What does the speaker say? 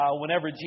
whenever